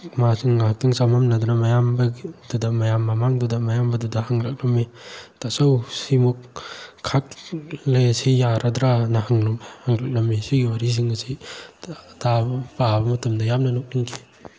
ꯃꯥꯁꯨ ꯉꯥꯏꯍꯥꯛꯇꯪ ꯆꯃꯝꯅꯗꯅ ꯃꯌꯥꯝ ꯃꯃꯥꯡꯗꯨꯗ ꯃꯌꯥꯝꯕꯗꯨꯗ ꯍꯪꯂꯛꯂꯝꯃꯤ ꯇꯥꯆꯧ ꯁꯤꯃꯨꯛ ꯈꯥꯛꯂꯦ ꯁꯤ ꯌꯥꯔꯗ꯭ꯔꯅ ꯍꯪꯂꯛꯂꯝꯃꯤ ꯁꯤꯒꯤ ꯋꯥꯔꯤꯁꯤꯡ ꯑꯁꯤ ꯇꯥꯕ ꯄꯥꯕ ꯃꯇꯝꯗ ꯌꯥꯝꯅ ꯅꯣꯛꯅꯤꯡꯈꯤ